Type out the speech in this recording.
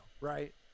right